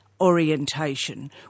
orientation